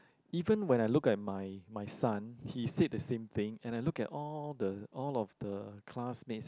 even when I look at my my son he said the same thing and I look at all the all of the classmates